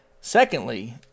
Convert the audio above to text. Secondly